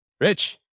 Rich